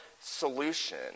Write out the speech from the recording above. solution